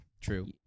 true